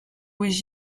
was